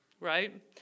right